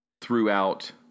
throughout